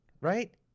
right